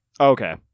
Okay